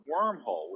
Wormhole